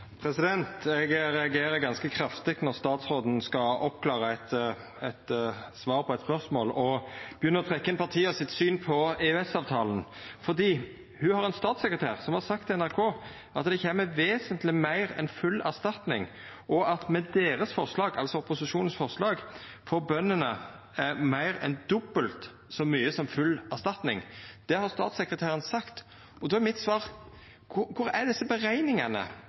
å trekkja inn partia sitt syn på EØS-avtalen, for ho har ein statssekretær som har sagt til NRK at det kjem «vesentlig mer enn full erstatning». Og vidare: «Med deres forslag» – altså opposisjonens forslag – «får bøndene mer enn dobbelt av full erstatning». Det har statssekretæren sagt. Då er mitt svar: Kvar er desse berekningane?